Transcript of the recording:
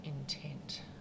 intent